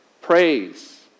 praise